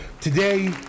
Today